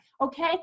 Okay